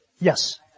Yes